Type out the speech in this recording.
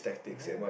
near